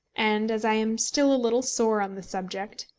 and as i am still a little sore on the subject,